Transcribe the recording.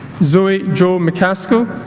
zoey jo mcaskil